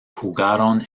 jugaron